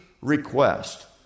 request